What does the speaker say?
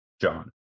John